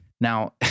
Now